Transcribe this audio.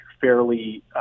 fairly